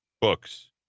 books